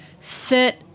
sit